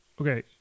Okay